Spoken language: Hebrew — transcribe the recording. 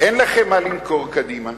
אין לכם מה למכור, קדימה,